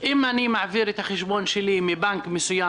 אם אני מעביר את החשבון שלי מבנק מסוים